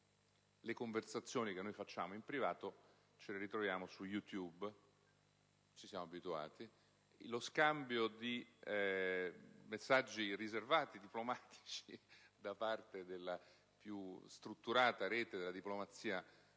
Le conversazioni che facciamo in privato ce le ritroviamo su "YouTube": ci siamo abituati. Lo scambio di messaggi diplomatici riservati da parte della più strutturata rete della diplomazia mondiale